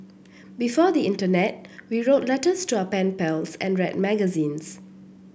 before the internet we wrote letters to our pen pals and read magazines